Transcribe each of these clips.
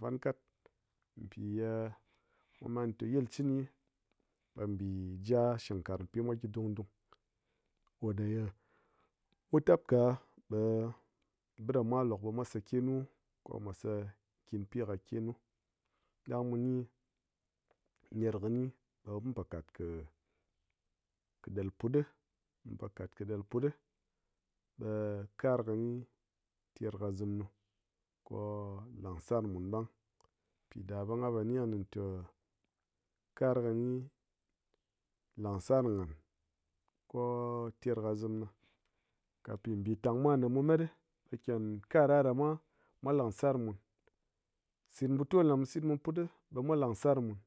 fan kat pi ye ngha man te yil chini ɓe mbi ja shing karang pi mwa gyi dung dung ko meye mu tap ka ɓe biɗa mwa lok ɓe mwa sa ke nu kɨ mwa sa kinpye kɨ kenu ɗang mu ni ner kini ɓe mun po kat kɨ ɗel put ɗi kɨ kar kɨni ter kɨ zim nu ko-o langsar mun ɓang pi ɗa ɓe nghan po ni kɨni te kar kɨni langsar nghan ko ter kɨ zim na kɨ mbi mbitang kɨ mwa ne mu mat ɗi ɓe kyen kar aɗa mwa, mwa langsar mun, sit putol ma mu sit mu put ɗi ɓe mwa langsar mun,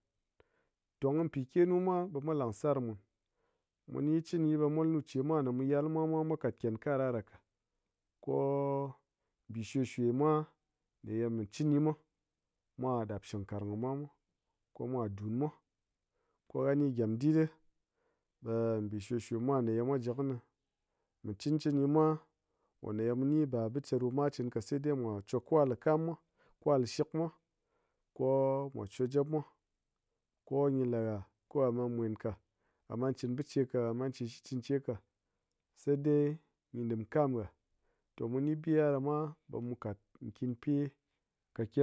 tong kɨ pi kenu mwa ɓe mwa langsar mun, mu ni chini ɓe ngo me ye mu yal kɨ mwa mwa, mwa kat kyen kar aɗa ka, ko mbi shwe shwe mwa ne ye mi chini mwa, mwa ɗap shingkarang kɨ mwa mwa ko mwa dun mwa, ko ha ni gyem dit ɗi ɓe mbi shwe shwe mwa ne ye mwa ji kɨni mi cɨn cɨni mwa ko ye mu ni ba biche ɗo ye mwa chin ka sai dai mwa chwa kwal kɨ kam mwa kwal kɨ shik mwa ko mwa chwa jap mwa, ko gyi la ha kɨ ha ɓa mwen ka, ha man chin biche ka, ha man chin shikchɨn che ka sai dai gyi ɗim kam ha, to mu ni bi aɗamwa ɓe mu kat kyinpe kɨ ke